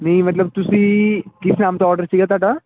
ਨਹੀਂ ਮਤਲਬ ਤੁਸੀਂ ਕਿਸ ਨਾਮ ਤੋਂ ਓਡਰ ਸੀਗਾ ਤੁਹਾਡਾ